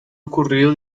ocurrido